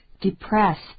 depressed